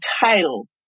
title